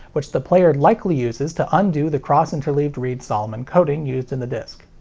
which the player likely uses to undo the cross-interleaved reed-solomon coding used in the disc.